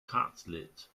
cutlet